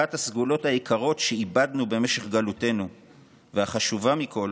שאחת הסגולות היקרות שאיבדנו במשך גלותנו והחשובה מכול